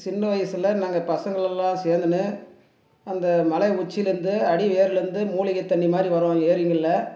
சின்ன வயசில் நாங்கள் பசங்களெல்லாம் சேர்ந்துனு அந்த மலை உச்சியிலேருந்து அடி வேரிலேருந்து மூலிகைத் தண்ணி மாதிரி வரும் ஏரிங்களில்